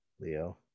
Leo